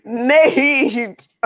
Nate